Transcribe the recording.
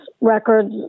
records